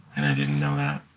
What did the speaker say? and i didn't know that.